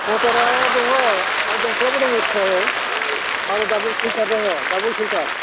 मटरा दङ आरो दंखलाबो दङ एक्सट्रायै आरो डाबोल फिलटार दङ डाबोल फिलटार